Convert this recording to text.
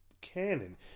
canon